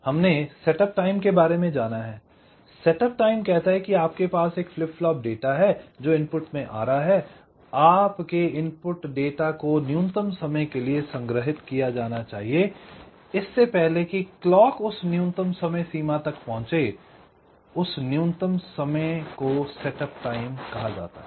हमने setup time का बारे में जाना है I सेटअप टाइम कहता है कि आपके पास एक फ्लिप फ्लॉप डेटा है जो इनपुट में आ रहा है आपके इनपुट डेटा को न्यूनतम समय के लिए संग्रहित किया जाना चाहिए इससे पहले कि क्लॉक उस न्यूनतम समय सीमा तक पहुंचे उस उस न्यूनतम समय को सेटअप टाइम कहा जाता है